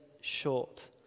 short